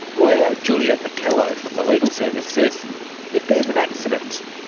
lawyer juliet akello from the legal service says if there's an accident,